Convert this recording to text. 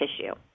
tissue